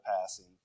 passing